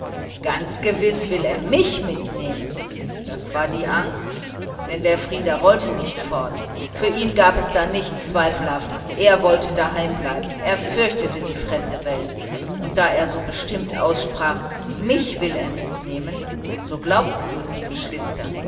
ganz gewiß will er mich mitnehmen das war die angst denn frieder wollte nicht fort für ihn gab es da nichts zweifelhaftes er wollte daheim bleiben er fürchtete die fremde welt und da er so bestimmt aussprach mich will er mitnehmen so glaubten ihm die geschwister